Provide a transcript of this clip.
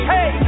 Hey